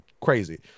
crazy